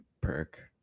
perk